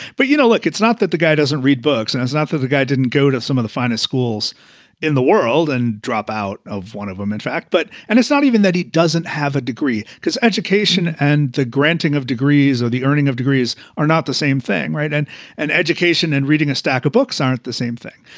but, you know, look, it's not that the guy doesn't read books, and it's not that the guy didn't go to some of the finest schools in the world and drop out of one of them, um in fact. but and it's not even that he doesn't have a degree because education and the granting of degrees or the earning of degrees are not the same thing. right. and an education and reading a stack of books aren't the same thing.